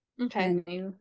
Okay